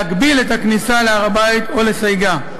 להגביל את הכניסה להר-הבית או לסייגה.